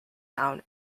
town